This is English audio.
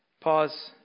pause